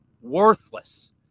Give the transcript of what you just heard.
worthless